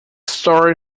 story